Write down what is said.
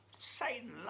Satan